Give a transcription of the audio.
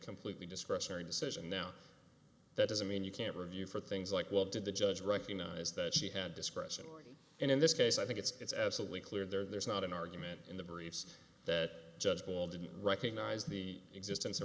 completely discretionary decision now that doesn't mean you can't review for things like what did the judge recognize that she had discretion in this case i think it's absolutely clear there's not an argument in the briefs that judge paul didn't recognize the existence of